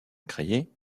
créer